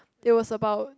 it was about